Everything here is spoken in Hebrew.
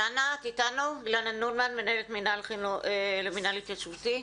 אילנה נולמן, את איתנו?